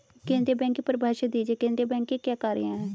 केंद्रीय बैंक की परिभाषा दीजिए केंद्रीय बैंक के क्या कार्य हैं?